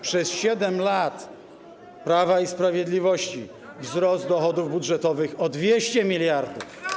Przez 7 lat Prawa i Sprawiedliwości wzrost dochodów budżetowych wyniósł 200 mld.